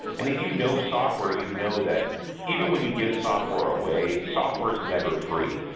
and if you know software, you know that even when you give software away, software is never free.